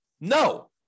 No